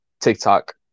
tiktok